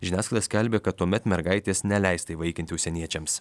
žiniasklaida skelbė kad tuomet mergaitės neleista įvaikinti užsieniečiams